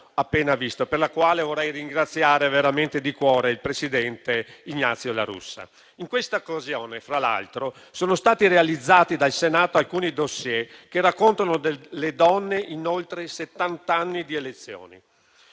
appena assistito, per la quale vorrei ringraziare veramente di cuore il presidente Ignazio La Russa. In questa occasione, tra l'altro, sono stati realizzati dal Senato alcuni *dossier*, che raccontano le donne in oltre settant'anni di elezioni: